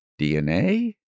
DNA